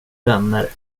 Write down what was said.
vänner